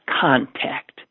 contact